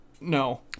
No